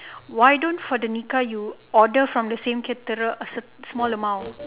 why don't for the nikah you order from the same caterer a small amount